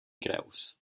creus